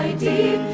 d